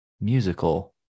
musical